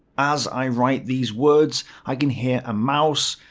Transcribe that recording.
as i write these words i can hear a mouse,